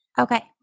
Okay